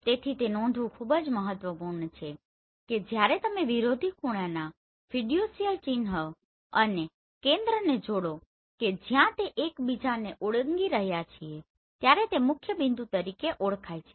તેથી તે નોંધવું ખૂબ જ મહત્વપૂર્ણ છે કે જ્યારે તમે વિરોધી ખૂણાના ફિડ્યુસીયલ ચિહ્ન અને કેન્દ્રને જોડો કે જ્યાં તે એકબીજાને ઓળંગી રહ્યા છે ત્યારે તે મુખ્યબિંદુ તરીકે ઓળખાય છે